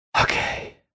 Okay